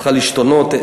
צריכה להשתנות.